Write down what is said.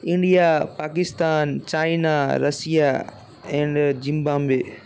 India Pakistan China Russia and Zimbabwe